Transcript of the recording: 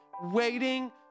waiting